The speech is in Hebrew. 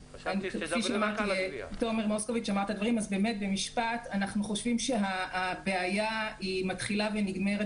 הגבייה: אנחנו חושבים שהבעיה מתחילה ונגמרת